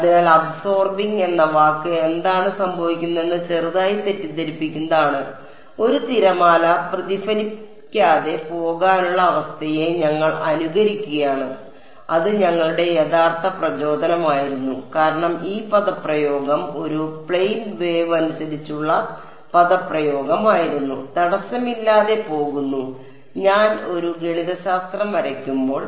അതിനാൽ അബ്സോർബിംഗ് എന്ന വാക്ക് എന്താണ് സംഭവിക്കുന്നതെന്ന് ചെറുതായി തെറ്റിദ്ധരിപ്പിക്കുന്നതാണ് ഒരു തിരമാല പ്രതിഫലിക്കാതെ പോകാനുള്ള അവസ്ഥയെ ഞങ്ങൾ അനുകരിക്കുകയാണ് അത് ഞങ്ങളുടെ യഥാർത്ഥ പ്രചോദനമായിരുന്നു കാരണം ഈ പദപ്രയോഗം ഒരു പ്ലെയ്ൻ വേവ് അനുസരിച്ചുള്ള പദപ്രയോഗമായിരുന്നു തടസ്സമില്ലാതെ പോകുന്നു ഞാൻ ഒരു ഗണിതശാസ്ത്രം വരയ്ക്കുമ്പോൾ